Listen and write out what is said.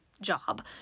job